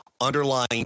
underlying